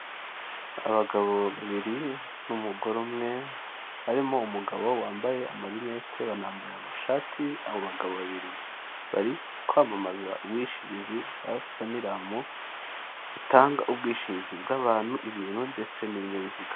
Abagabo babiri n'umugore umwe, harimo umugabo wambaye amarinete banambaye amashati abo bagabo babiri, bari kwamamaza ubwishingizi bwa Saniramu, batanga ubwishingizi bw'abantu, ibintu ndetse n'ibinyabiziga.